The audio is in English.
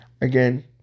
again